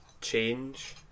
change